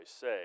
say